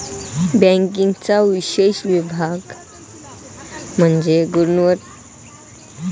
बँकिंगचा विशेष विभाग म्हणजे गुंतवणूक बँकिंग जी व्यक्तींना भांडवल उभारण्यास मदत करते